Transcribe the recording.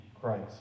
Christ